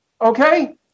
Okay